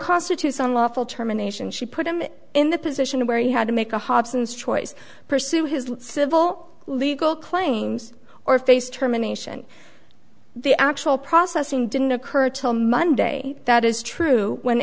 constitutes unlawful termination she put him in the position where he had to make a hobson's choice pursue his civil legal claims or face terminations the actual processing didn't occur to him monday that is true when